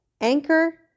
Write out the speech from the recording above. Anchor